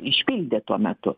išpildė tuo metu